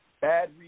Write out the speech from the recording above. bad